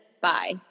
bye